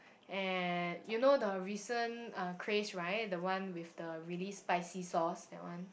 and you know the recent uh craze right the one with the really spicy sauce that one